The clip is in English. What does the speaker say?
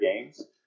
games